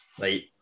right